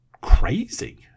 crazy